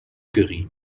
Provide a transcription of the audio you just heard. curry